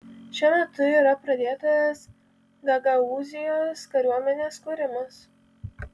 šiuo metu yra pradėtas gagaūzijos kariuomenės kūrimas